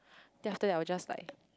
then after that I was just like